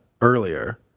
earlier